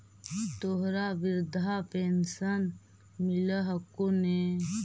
तोहरा वृद्धा पेंशन मिलहको ने?